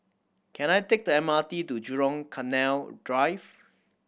can I take the M R T to Jurong Canal Drive